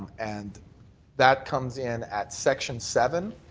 and that comes in at section seven,